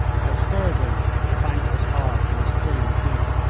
i spurred him, but the bank was high and the stream deep.